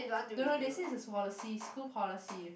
don't know they say it's a policy school policy